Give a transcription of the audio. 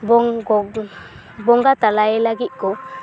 ᱵᱚᱝ ᱠᱚ ᱵᱚᱸᱜᱟ ᱛᱟᱞᱟᱭᱮ ᱞᱟᱹᱜᱤᱫ ᱠᱚ